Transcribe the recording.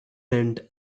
tent